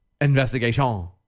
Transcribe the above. investigation